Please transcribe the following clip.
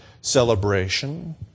celebration